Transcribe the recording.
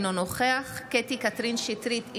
אינו נוכח קטי קטרין שטרית,